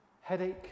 headache